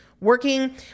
working